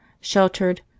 sheltered